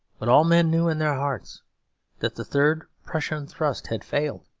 but all men knew in their hearts that the third prussian thrust had failed,